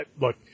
look